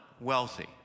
wealthy